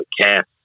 cast